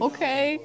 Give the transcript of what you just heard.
Okay